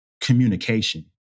communication